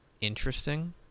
interesting